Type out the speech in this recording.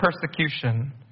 persecution